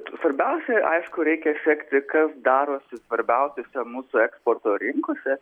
svarbiausia aišku reikia sekti kas darosi svarbiausiose mūsų eksporto rinkose